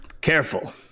Careful